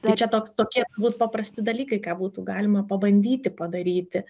tai čia toks tokie turbūt paprasti dalykai ką būtų galima pabandyti padaryti